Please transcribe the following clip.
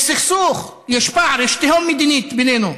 יש סכסוך, יש פער, יש תהום מדינית בינינו.